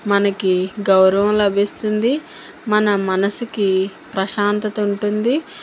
మనకు గౌరవం లభిస్తుంది మన మనసుకు ప్రశాంతత ఉంటుంది